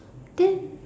then